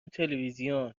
تلویزیون